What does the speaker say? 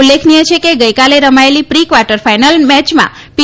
ઉલ્લેખનિય છે કે ગઈકાલે રમાયેલી પ્રી ક્વાર્ટર ફાઈનલ મેચમાં પી